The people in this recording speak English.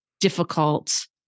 difficult